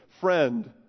Friend